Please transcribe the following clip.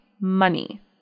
money